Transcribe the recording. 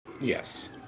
Yes